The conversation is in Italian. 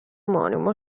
omonimo